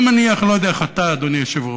אני מניח, אני לא יודע איך אתה, אדוני היושב-ראש: